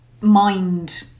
mind